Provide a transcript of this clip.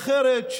אחרת,